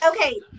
Okay